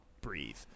breathe